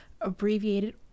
abbreviated